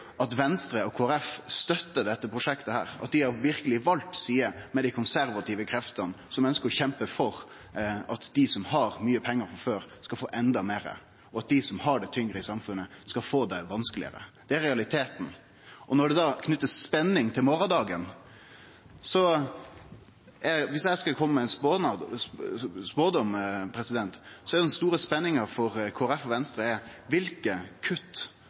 at Venstre og Kristeleg Folkeparti støttar dette prosjektet, at dei verkeleg har valt side med dei konservative kreftene som ønskjer å kjempe for at dei som har mykje pengar frå før, skal få enda meir, og at dei som har det tyngre i samfunnet, skal få det vanskelegare. Det er realiteten. Og når det er knytt spenning til morgondagen: Dersom eg skulle kome med ein spådom, er den store spenninga for Kristeleg Folkeparti og Venstre kva for kutt